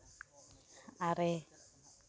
ᱟᱨᱮ